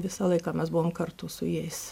visą laiką mes buvom kartu su jais